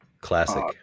Classic